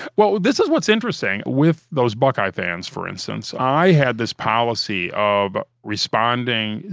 well, this is what's interesting with those buckeye fans for instance. i had this policy of responding,